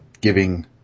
giving